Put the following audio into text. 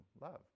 love